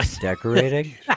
Decorating